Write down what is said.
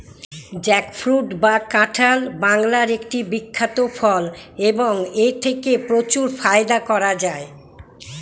jackfruit বা কাঁঠাল বাংলার একটি বিখ্যাত ফল এবং এথেকে প্রচুর ফায়দা করা য়ায়